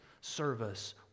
service